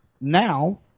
now